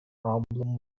problems